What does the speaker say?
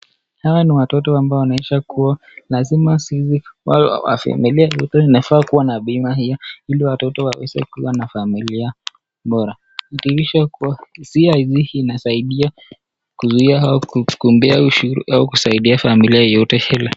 Hawa ni watoto ambao wanaweza kuwa, lazima wa familia yote linafaa kuwa na bima hilo ili watoto wamweze kuwa na familia bora. Inadhihirisha kuwa hisia hizi zinasaidia kuzuia au kukimbia ushuru au kusaidia familia yoyote ile.